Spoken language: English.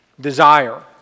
Desire